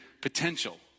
potential